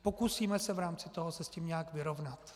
Pokusíme se v rámci toho se s tím nějak vyrovnat.